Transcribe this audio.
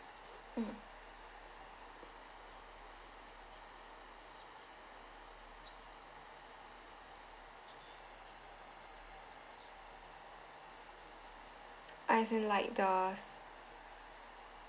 mm ah if you like those